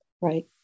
Right